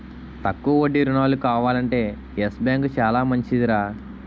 తక్కువ వడ్డీ రుణాలు కావాలంటే యెస్ బాంకు చాలా మంచిదిరా